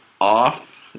off